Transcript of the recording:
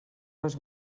les